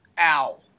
Ow